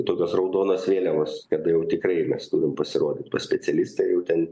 tokios raudonos vėliavos kada jau tikrai mes turim pasirodyt pas specialistą jau ten